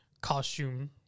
costume